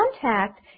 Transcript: contact